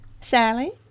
Sally